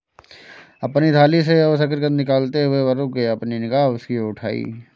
अपनी थाली से और शकरकंद निकालते हुए, वह रुक गया, अपनी निगाह उसकी ओर उठाई